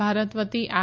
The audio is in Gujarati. ભારત વતી આર